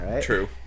True